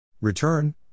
Return